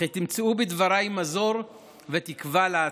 וכי תמצאו בדבריי מזור ותקווה לעתיד.